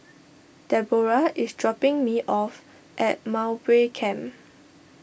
Debora is dropping me off at Mowbray Camp